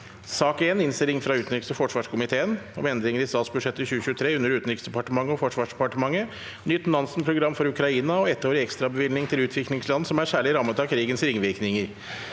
Innstilling fra utenriks- og forsvarskomiteen om End- ringer i statsbudsjettet 2023 under Utenriksdepartemen- tet og Forsvarsdepartementet (nytt Nansen-program for Ukraina og ettårig ekstrabevilgning til utviklingsland som er særlig rammet av krigens ringvirkninger)